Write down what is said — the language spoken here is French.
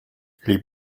les